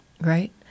right